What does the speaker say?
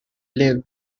live